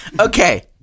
Okay